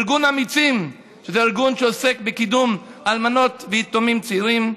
ארגון "אמיצים" ארגון שעוסק בקידום אלמנות ויתומים צעירים,